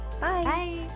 Bye